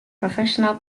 professional